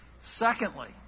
Secondly